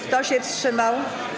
Kto się wstrzymał?